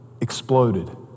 exploded